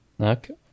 Okay